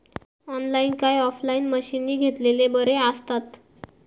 Online काय offline मशीनी घेतलेले बरे आसतात?